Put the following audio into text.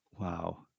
Wow